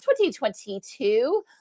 2022